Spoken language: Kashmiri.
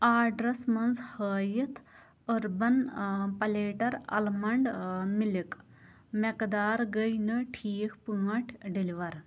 آرڈرَس منٛز ہٲیِتھ أربن پلیٹَر اَلمنٛڈ مِلِک مٮ۪قدار گٔے نہٕ ٹھیٖک پٲٹھۍ ڈیلیور